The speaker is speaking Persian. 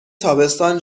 تابستان